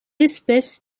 espèce